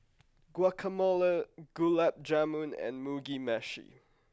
Guacamole Gulab Jamun and Mugi meshi